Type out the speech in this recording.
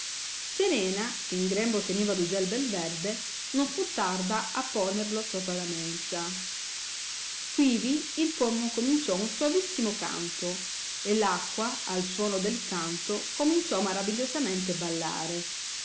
serena che in grembo teneva l ugel bel verde non fu tarda a ponerlo sopra la mensa quivi il pomo cominciò un soavissimo canto e l acqua al suono del canto cominciò maravigliosamente ballare